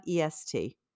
EST